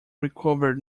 recovered